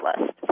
list